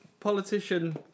Politician